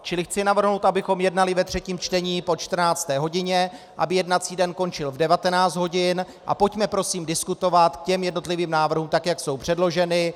Čili chci navrhnout, abychom jednali ve třetím čtení i po 14. hodině, aby jednací den končil v 19 hodin, a pojďme prosím diskutovat k jednotlivým návrhům, jak jsou předloženy.